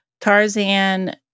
Tarzan